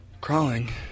Crawling